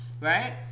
Right